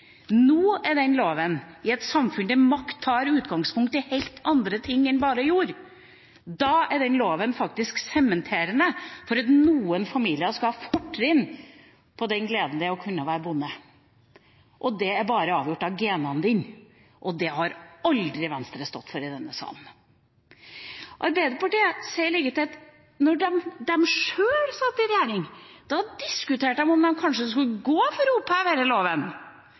Nå befinner den loven seg i et samfunn der makt tar utgangspunkt i helt andre ting enn bare jord. Da er den loven faktisk sementerende for at noen familier skal ha fortrinn med hensyn til gleden av å være bonde. Det er bare avgjort av genene, Og det har aldri Venstre stått for i denne sal. Arbeiderpartiet sier liketil at da de selv satt i regjering, diskuterte de om de kanskje skulle gå inn for